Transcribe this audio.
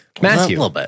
Matthew